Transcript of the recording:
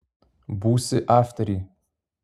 būsi aftery